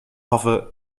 hoffe